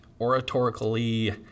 oratorically